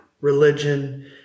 religion